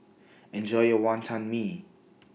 Enjoy your Wonton Mee